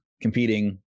competing